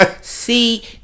See